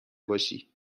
باشی